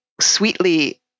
sweetly